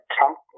Trump